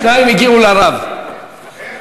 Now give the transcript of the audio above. שניים הגיעו לרב, איך?